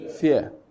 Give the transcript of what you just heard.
Fear